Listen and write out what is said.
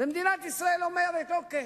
ומדינת ישראל אומרת: אוקיי,